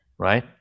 right